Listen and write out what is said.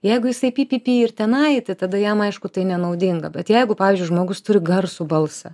jeigu jisai pypypy ir tenai tai tada jam aišku tai nenaudinga bet jeigu pavyzdžiui žmogus turi garsų balsą